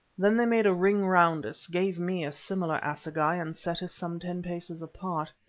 then they made a ring round us, gave me a similar assegai, and set us some ten paces apart.